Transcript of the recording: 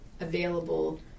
available